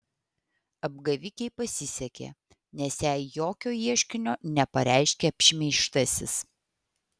apgavikei pasisekė nes jai jokio ieškinio nepareiškė apšmeižtasis